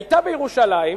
היתה בירושלים,